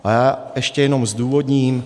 A já ještě jenom zdůvodním.